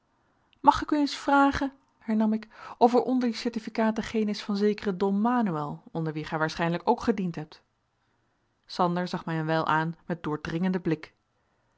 mag ik u eens vragen hernam ik of er onder die certificaten geen is van zekeren don manoël onder wien gij waarschijnlijk ook gediend hebt sander zag mij een wijl aan met doordringenden blik